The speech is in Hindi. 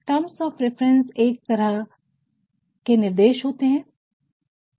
टर्म्स ऑफ़ रेफरन्स एक तरह निर्देश है